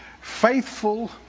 Faithful